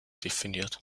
definiert